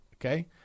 Okay